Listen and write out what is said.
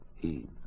Eve